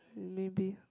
maybe